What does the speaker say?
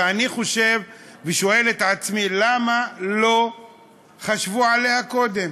ואני חושב ושואל את עצמי למה לא חשבו עליה קודם.